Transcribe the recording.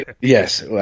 yes